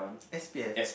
s_p_f